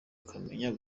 akamenya